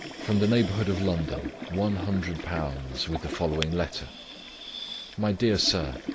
from the neighbourhood of london one hundred pounds, with the following letter my dear sir,